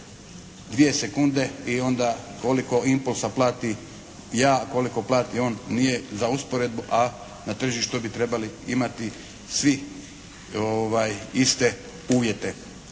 dvije sekunde i onda koliko impulsa platim ja, a koliko plati on nije za usporedbu, a na tržištu bi trebali imati svi iste uvjete.